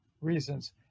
reasons